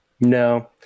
no